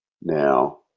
now